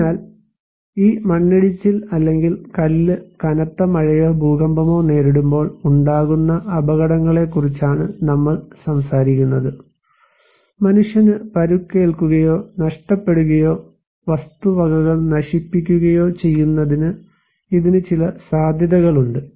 അതിനാൽ ഈ മണ്ണിടിച്ചിൽ അല്ലെങ്കിൽ കല്ല് കനത്ത മഴയോ ഭൂകമ്പമോ നേരിടുമ്പോൾ ഉണ്ടാകുന്ന അപകടങ്ങളെക്കുറിച്ചാണ് നമ്മൾ സംസാരിക്കുന്നത് മനുഷ്യന് പരിക്കേൽക്കുകയോ നഷ്ടപ്പെടുകയോ വസ്തുവകകൾ നശിപ്പിക്കുകയോ ചെയ്യുന്നതിന് ഇതിന് ചില സാധ്യതകളുണ്ട്